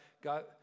God